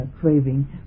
Craving